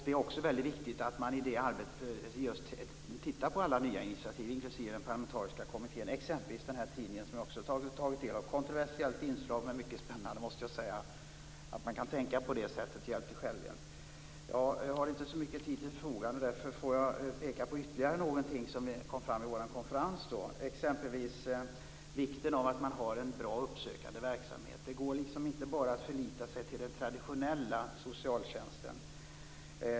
Det är också väldigt viktigt att man i det arbetet tittar på alla nya initiativ, inklusive den parlamentariska kommittén, exempelvis den tidning som jag också har tagit del. Det är ett kontroversiellt inslag men mycket spännande, måste jag säga, att man kan tänka på det sättet när det gäller hjälp till självhjälp. Jag har inte så mycket tid till förfogande. Därför får jag peka på ytterligare någonting som kom fram vid vår konferens, exempelvis vikten av att man har en bra uppsökande verksamhet. Det går inte att bara förlita sig på den traditionella socialtjänsten.